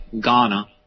Ghana